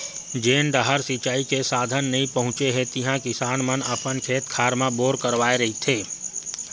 जेन डाहर सिचई के साधन नइ पहुचे हे तिहा किसान मन अपन खेत खार म बोर करवाए रहिथे